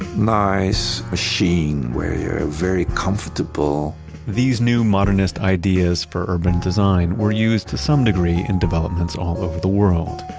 nice machine where you're very comfortable these new modernist ideas for urban design were used to some degree in developments all over the world.